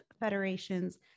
federations